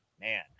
man